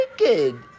naked